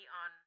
on